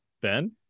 Ben